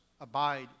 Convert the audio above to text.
abide